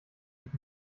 sich